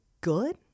good